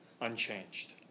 unchanged